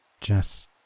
Jess